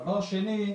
דבר שני,